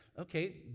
Okay